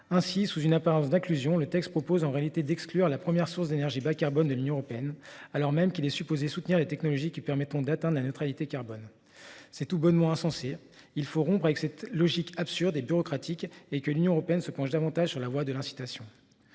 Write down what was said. Ainsi, tout en faisant mine de l’inclure, le texte prévoit en réalité d’exclure la première source d’énergie bas-carbone de l’Union européenne, alors même qu’il est supposé soutenir les technologies qui permettront d’atteindre la neutralité carbone. C’est tout bonnement insensé ! Il faut rompre avec cette logique absurde et bureaucratique et l’Union européenne doit s’engager davantage dans la voie de l’incitation.